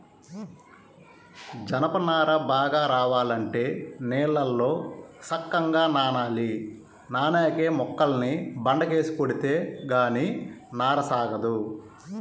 జనప నార బాగా రావాలంటే నీళ్ళల్లో సక్కంగా నానాలి, నానేక మొక్కల్ని బండకేసి కొడితే గానీ నార సాగదు